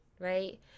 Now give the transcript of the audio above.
right